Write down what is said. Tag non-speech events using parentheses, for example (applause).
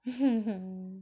(laughs)